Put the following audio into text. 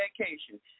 vacation